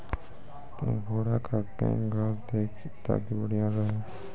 घोड़ा का केन घास दिए ताकि बढ़िया रहा?